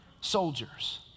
soldiers